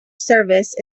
service